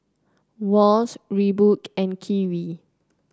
Wall's Reebok and Kiwi